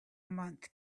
months